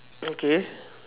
okay